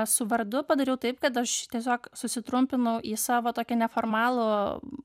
su vardu padariau taip kad aš tiesiog susitrumpinau į savo tokią neformalų